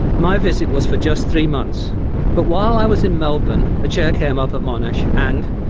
my visit was for just three months but while i was in melbourne a chair came up at monash and,